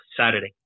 Saturday